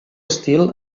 estil